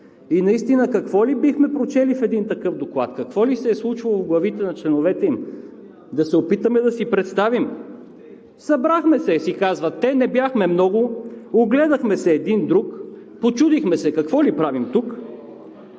И наистина, какво ли бихме прочели в един такъв доклад, какво ли се е случвало в главите на членовете им, да се опитаме да си представим? Събрахме се – си казват те – не бяхме много. Огледахме се един друг. Почудихме се – какво ли правим тук?